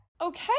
Okay